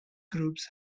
groups